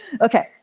Okay